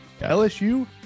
LSU